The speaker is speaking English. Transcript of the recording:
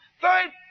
Third